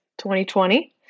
2020